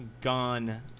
gone